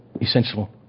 essential